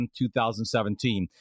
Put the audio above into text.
2017